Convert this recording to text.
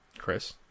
Chris